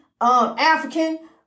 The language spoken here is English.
African